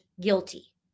guilty